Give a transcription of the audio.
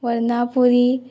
Varnapuri